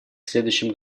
следующем